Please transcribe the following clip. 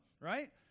right